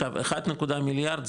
עכשיו 1.2 מיליארד,